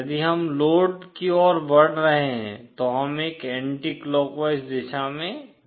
यदि हम लोड की ओर बढ़ रहे हैं तो हम एक एंटीक्लाकवाइज दिशा में जा रहे हैं